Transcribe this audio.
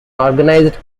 organized